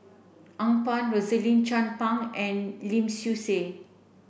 Phang Rosaline Chan Pang and Lim Swee Say